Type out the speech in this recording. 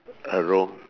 along